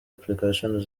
application